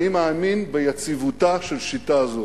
אני מאמין ביציבותה של שיטה זו".